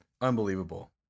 Unbelievable